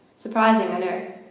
surprising i know,